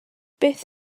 beth